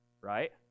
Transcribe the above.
right